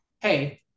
hey